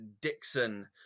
Dixon